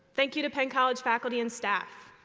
thank you to penn college faculty and staff.